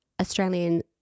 Australian